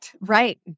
Right